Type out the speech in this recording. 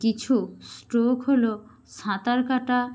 কিছু স্ট্রোক হল সাঁতার কাটা